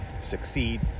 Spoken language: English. succeed